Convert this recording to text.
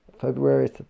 February